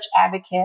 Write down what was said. advocate